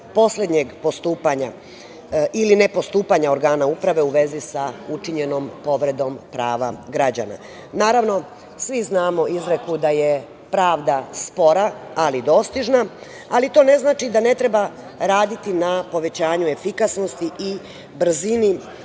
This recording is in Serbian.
poslednjeg postupanja ili nepostupanja organa uprave, u vezi sa učinjenom povredom prava građana. Naravno, svi znamo izreku da je pravda spora ali dostižna, ali to ne znači da ne treba raditi na povećanju efikasnosti i brzini,